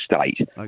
state